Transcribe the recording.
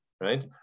right